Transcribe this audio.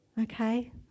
Okay